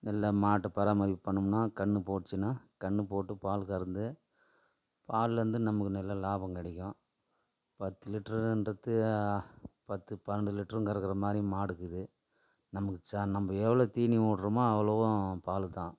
நல்ல மாட்டை பராமரிப்பு பண்ணிணோம்னா கன்று போட்டுச்சுன்னா கன்று போட்டு பால் கறந்து பால்லேருந்து நமக்கு நல்ல லாபம் கிடைக்கும் பத்து லிட்டருன்றது பத்து பன்னெரெண்டு லிட்டரும் கறக்கிற மாதிரியும் மாடு இருக்குது நமக்கு ச நம்ப எவ்வளோ தீனி போடுறோமோ அவ்வளோவும் பால் தான்